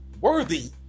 worthy